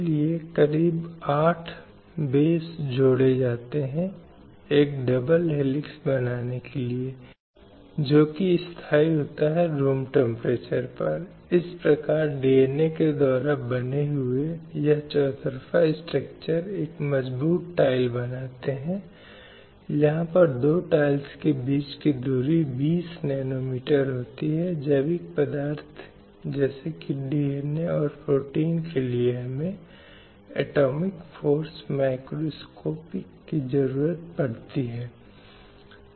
साथ ही किसी भी प्रकार के भेदभावपूर्ण या मनमाने व्यवहार जो महिला को प्रभावित करते हैं या जो उसके प्रदर्शन पर उसके मानस पर नकारात्मक प्रभाव डालते हैं उनका पालन नहीं किया जाना चाहिए और यह बहुत महत्वपूर्ण है कि किसी भी प्रकार की यातना क्रूर या अमानवीय व्यवहार या महिलाओं के खिलाफ सजा का प्रावधान नहीं होना चाहिए